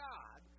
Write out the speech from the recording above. God